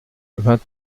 vingt